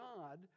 God